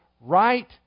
right